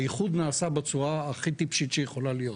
האיחוד נעשה בצורה הכי טיפשית שיכולה להיות,